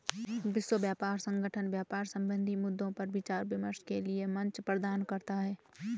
विश्व व्यापार संगठन व्यापार संबंधी मद्दों पर विचार विमर्श के लिये मंच प्रदान करता है